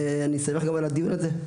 ואני שמח גם על הדיון הזה.